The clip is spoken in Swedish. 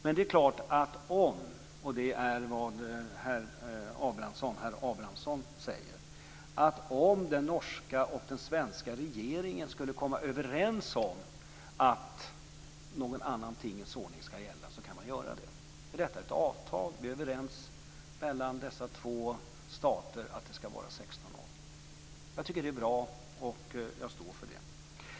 Men det är klart att om, och det är vad herr Abramsson säger, den norska och den svenska regeringen skulle komma överens om att en annan tingens ordning skall gälla kan man göra så. Detta är ett avtal. Vi är överens mellan dessa båda stater om att det skall vara 16 år. Jag tycker att det är bra, och jag står för det.